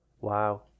wow